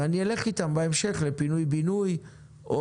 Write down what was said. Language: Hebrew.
ואני אלך איתם בהמשך לפינוי-בינוי או